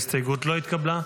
ההסתייגות לא התקבלה.